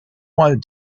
wanted